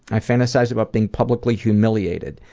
i fantasize about being publicly humiliated,